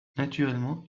naturellement